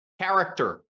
character